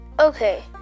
Okay